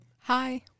Hi